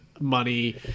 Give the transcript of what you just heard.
Money